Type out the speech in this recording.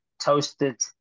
toasted